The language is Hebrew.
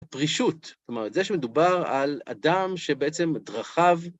פרישות, זאת אומרת, זה שמדובר על אדם שבעצם דרכיו...